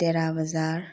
ꯇꯦꯔꯥ ꯕꯖꯥꯔ